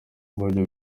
uburyo